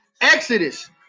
exodus